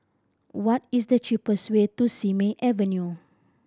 what is the cheapest way to Simei Avenue